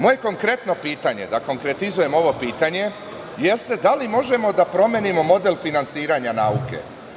Moje konkretno pitanje, da konkretizujem ovo pitanje, jeste – da li možemo da promenimo model finansiranja nauke?